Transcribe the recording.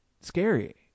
scary